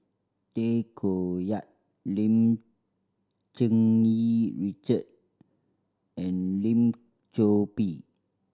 Tay Koh Yat Lim Cherng Yih Richard and Lim Chor Pee